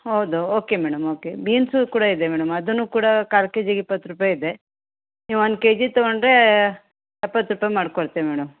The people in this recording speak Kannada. ಹೌದು ಓಕೆ ಮೇಡಮ್ ಓಕೆ ಬೀನ್ಸು ಕೂಡ ಇದೆ ಮೇಡಮ್ ಅದೂ ಕೂಡ ಕಾಲು ಕೆ ಜಿಗೆ ಇಪ್ಪತ್ತು ರೂಪಾಯಿ ಇದೆ ನೀವು ಒನ್ ಕೆಜಿ ತೊಗೊಂಡ್ರೆ ಎಪ್ಪತ್ತು ರೂಪಾಯಿ ಮಾಡ್ಕೊಳ್ತೇವೆ ಮೇಡಮ್